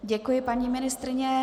Děkuji, paní ministryně.